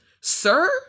sir